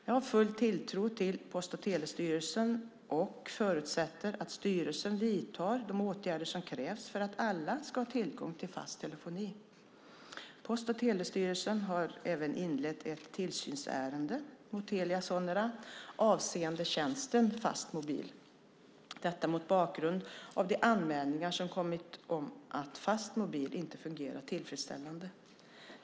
Jag har full tilltro till Post och telestyrelsen och förutsätter att styrelsen vidtar de åtgärder som krävs för att alla ska ha tillgång till fast telefoni. Post och telestyrelsen har även inlett ett tillsynsärende mot Telia Sonera avseende tjänsten fastmobil - detta mot bakgrund av de anmälningar som kommit om att fastmobil inte fungerar tillfredställande.